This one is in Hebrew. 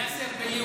תדבר בחוק הבא.